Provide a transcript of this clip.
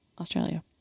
Australia